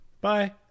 Bye